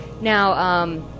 Now